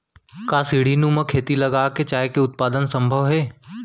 का सीढ़ीनुमा खेती लगा के चाय के उत्पादन सम्भव हे?